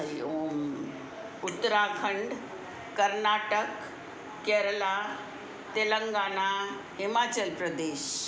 Hariom Uttarakhand Karnataka Kerala Telangana Himachal Pradesh